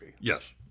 Yes